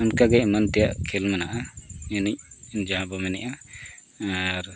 ᱚᱱᱠᱟᱜᱮ ᱮᱢᱟᱱ ᱛᱮᱭᱟᱜ ᱠᱷᱮᱞ ᱢᱮᱱᱟᱜᱼᱟ ᱮᱱᱮᱡ ᱡᱟᱦᱟᱸ ᱵᱚ ᱢᱮᱱᱮᱫᱼᱟ ᱟᱨ